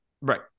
Right